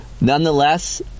Nonetheless